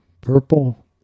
purple